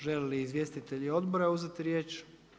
Žele li izvjestitelji odbora uzeti riječ?